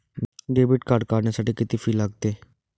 Debit card काढण्यासाठी किती fee लागते?